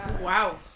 Wow